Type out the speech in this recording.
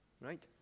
Right